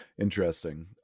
interesting